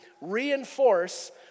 reinforce